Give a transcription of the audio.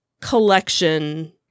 collection